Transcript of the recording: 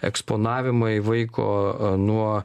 eksponavimai vaiko nuo